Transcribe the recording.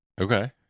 Okay